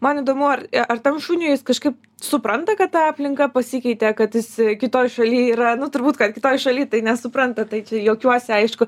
man įdomu ar ar tam šuniui jis kažkaip supranta kad ta aplinka pasikeitė kad jis kitoj šaly yra nu turbūt kad kitoj šaly tai nesupranta tai čia jokiuosi aišku